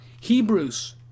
Hebrews